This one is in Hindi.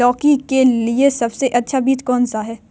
लौकी के लिए सबसे अच्छा बीज कौन सा है?